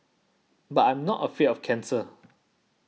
but I'm not afraid of cancer